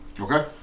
Okay